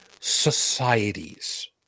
societies